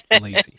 lazy